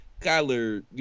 Kyler